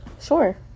Sure